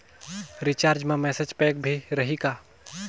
Recharge मा message pack भी रही का?